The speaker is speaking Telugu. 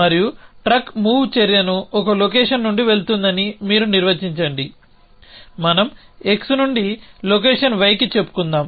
మరియు ట్రక్ మూవ్ చర్యను ఒక లొకేషన్ నుండి వెళ్తుందని మీరు నిర్వచించండి మనం x నుండి లొకేషన్ y కి చెప్పుకుందాం